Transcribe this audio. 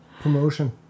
Promotion